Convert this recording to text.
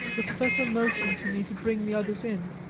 the professor motioned to me to bring the others in.